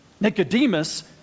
Nicodemus